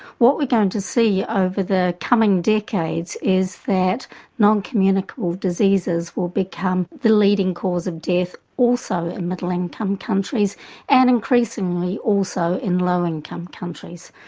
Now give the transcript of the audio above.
what we're going to see over the coming decades is that non-communicable diseases will become the leading cause of death also in middle income countries and increasingly also in low income countries.